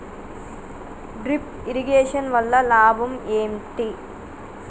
Drip irrigation వల్ల లాభం ఏంటి?